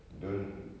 don't